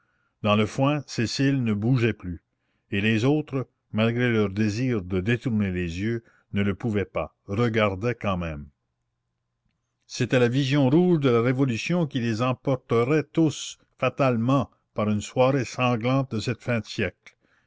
dans le foin cécile ne bougeait plus et les autres malgré leur désir de détourner les yeux ne le pouvaient pas regardaient quand même c'était la vision rouge de la révolution qui les emporterait tous fatalement par une soirée sanglante de cette fin de siècle